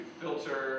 filter